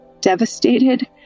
devastated